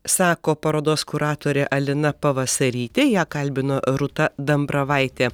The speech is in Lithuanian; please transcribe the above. sako parodos kuratorė alina pavasarytė ją kalbino rūta dambravaitė